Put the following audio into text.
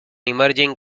emerging